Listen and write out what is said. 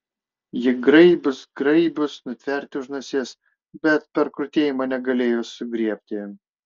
ji graibius graibius nutverti už nosies bet per krutėjimą negalėjus sugriebti